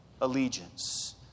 allegiance